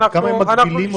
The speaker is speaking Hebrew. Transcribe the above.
עד כמה הם מגבילים אותם?